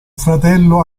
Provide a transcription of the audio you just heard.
fratello